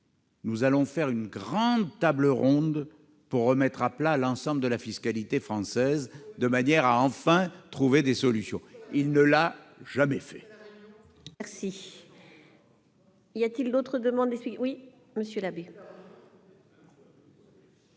nous ferons une grande table ronde pour remettre à plat l'ensemble de la fiscalité française, de manière à enfin trouver des solutions ». Il ne l'a jamais faite